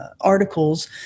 articles